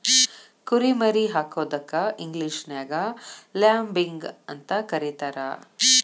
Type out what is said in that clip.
ಕುರಿ ಮರಿ ಹಾಕೋದಕ್ಕ ಇಂಗ್ಲೇಷನ್ಯಾಗ ಲ್ಯಾಬಿಂಗ್ ಅಂತ ಕರೇತಾರ